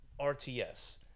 RTS